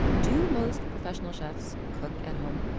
do most professional chefs cook at home?